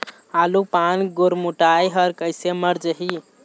आलू पान गुरमुटाए हर कइसे मर जाही?